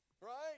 right